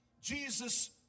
Jesus